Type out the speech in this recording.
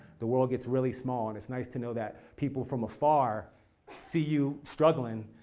the world gets really small. and it's nice to know that people from afar see you struggling.